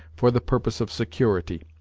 for the purpose of security.